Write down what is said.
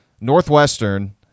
Northwestern